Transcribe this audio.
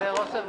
לא?